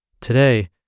Today